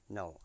no